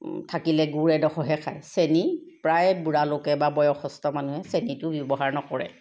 থাকিলে গুড় এডোখৰহে খায় চেনি প্ৰায় বুঢ়া লোকে বা বয়সষ্ঠ মানুহে চেনিটো ব্যৱহাৰ নকৰে